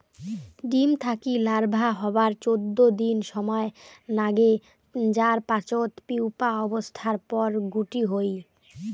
ডিম থাকি লার্ভা হবার চৌদ্দ দিন সমায় নাগে যার পাচত পিউপা অবস্থার পর গুটি হই